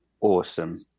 awesome